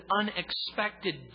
unexpected